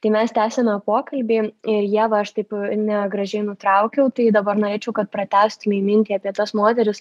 tai mes tęsiame pokalbį ir ieva aš taip negražiai nutraukiau tai dabar norėčiau kad pratęstumei mintį apie tas moteris